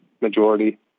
majority